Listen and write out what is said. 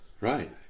Right